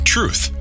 Truth